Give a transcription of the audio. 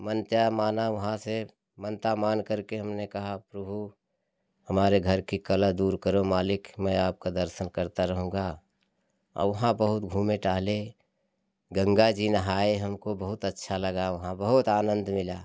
मान्यता माना वहाँ से मान्यता मान करके हमने कहा प्रभु हमारे घर की कलह दूर करो मालिक मैं आपका दर्शन करता रहूँगा और उहाँ बहुत घूमे टहले गंगा जी नहाए हमको बहुत अच्छा लगा वहाँ बहुत आनंद मिला